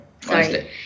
Sorry